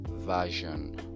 version